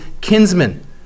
kinsmen